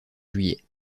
juillet